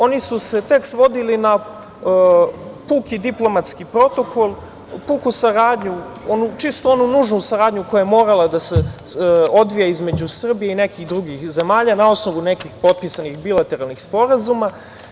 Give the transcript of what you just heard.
Oni su se svodili na puki diplomatski protokol, puku saradnju, onu nužnu saradnju koja je morala da se odvija između Srbije i nekih drugih zemalja, na osnovu nekih potpisanih bilateralnih sporazuma.